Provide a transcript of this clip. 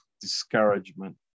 discouragement